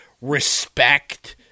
respect